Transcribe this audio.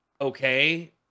okay